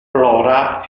plora